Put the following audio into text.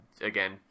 again